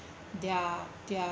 their their